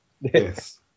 Yes